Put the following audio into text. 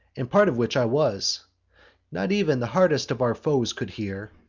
and part of which i was not ev'n the hardest of our foes could hear,